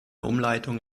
umleitung